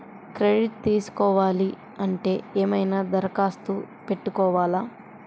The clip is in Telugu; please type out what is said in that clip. క్రెడిట్ తీసుకోవాలి అంటే ఏమైనా దరఖాస్తు పెట్టుకోవాలా?